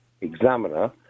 examiner